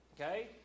Okay